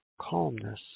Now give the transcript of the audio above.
calmness